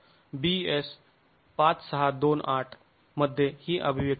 BS 5628 मध्ये ही अभिव्यक्ती आहे